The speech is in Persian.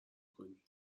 کنی